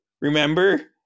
Remember